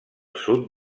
sud